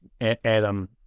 Adam